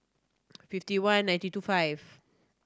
fifty one ninety two five